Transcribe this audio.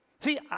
See